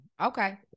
Okay